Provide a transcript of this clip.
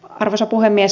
arvoisa puhemies